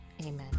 amen